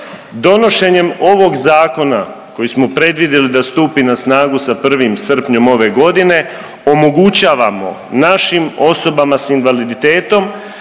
Donošenjem ovog zakona koji smo predvidjeli da stupi na snagu sa 1. srpnjem ove godine omogućavamo naših osobama s invaliditetom